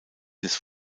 des